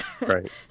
Right